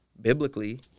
biblically